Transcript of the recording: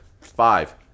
five